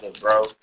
bro